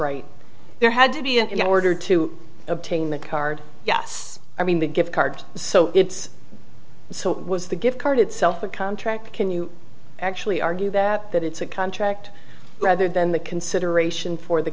right there had to be an order to obtain the card yes i mean the gift card so it's so was the gift card itself a contract can you actually argue that that it's a contract rather than the consideration for the